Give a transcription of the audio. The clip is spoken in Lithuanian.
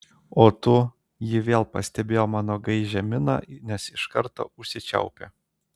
o tu ji vėl pastebėjo mano gaižią miną nes iš karto užsičiaupė